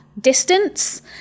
distance